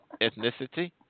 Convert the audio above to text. ethnicity